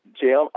Jim